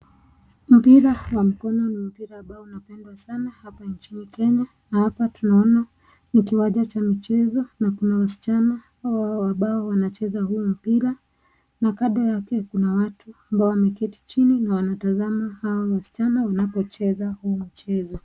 Mpira wa mikono unapendwa sana nchini Kenya na hapa tunaona wanaocheza na kuna wasichana ambao wanacheza mpira na kando yake kuna watu ambao wameketi chini na wanatazama hawa wasichana vile wanavyocheza huu mchezo.